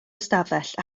ystafell